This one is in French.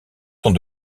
sont